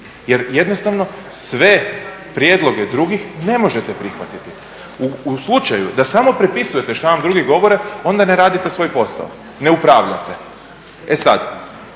Jer jednostavno sve prijedloge drugih ne možete prihvatiti. U slučaju da samo prepisujete što vam drugi govore, onda ne radite svoj posao, ne upravljate. E sad,